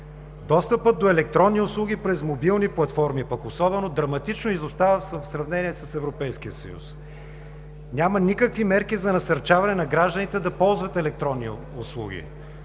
Достъпът до електронни услуги през мобилни платформи пък особено драматично изостава в сравнение с Европейския съюз. Няма никакви мерки за насърчаване на гражданите да ползват електронни услуги